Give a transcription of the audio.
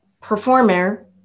performer